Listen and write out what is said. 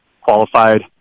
qualified